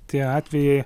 tie atvejai